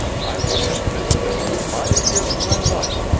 i wouldn't have missed this for five years of my life.